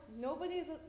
nobody's